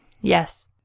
Yes